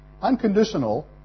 Unconditional